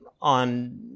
on